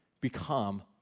become